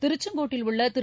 திருச்செங்கோட்டில் உள்ள திரு